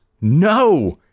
No